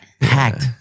Packed